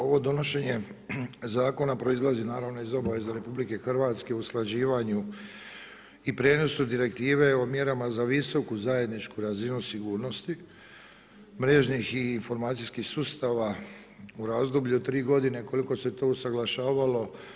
Ovo donošenje zakona proizlazi naravno iz obaveza RH o usklađivanju i prijenosu direktive o mjerama za visoku zajedničku razinu sigurnosti mrežnih i informacijskih sustava u razdoblju od 3 godine koliko se to usaglašavalo.